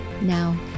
Now